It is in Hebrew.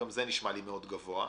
וגם זה נשמע לי מאוד גבוה,